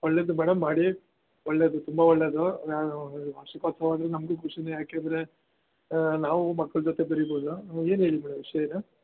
ಒಳ್ಳೇದು ಮೇಡಮ್ ಮಾಡಿ ಒಳ್ಳೆಯದು ತುಂಬ ಒಳ್ಳೇದು ನಾನು ವಾರ್ಷಿಕೋತ್ಸವ ಅಂದರೆ ನಮಗೂ ಖುಷಿಯೇ ಯಾಕಂದ್ರೆ ನಾವು ಮಕ್ಳ ಜೊತೆ ಬೆರಿಬೋದು ಹಾಂ ಏನು ಹೇಳಿ ಮೇಡಮ್ ವಿಷಯ ಏನು